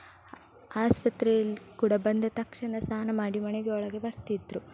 ಆಸ್ಪತ್ರೆಯಲ್ಲಿ ಕೂಡ ಬಂದ ತಕ್ಷಣ ಸ್ನಾನ ಮಾಡಿ ಒಣಗಿ ಒಳಗೆ ಬರ್ತಿದ್ರು